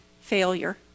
failure